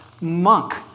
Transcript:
monk